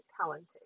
talented